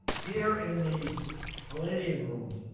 here in the palladium room,